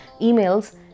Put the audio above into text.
emails